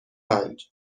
پنج